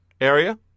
area